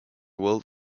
world